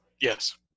Yes